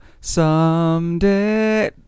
someday